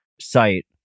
Site